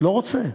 לא רוצה.